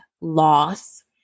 loss